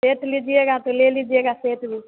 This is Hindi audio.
सेट लीजिएगा तो ले लीजिएगा सेट भी